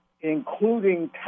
including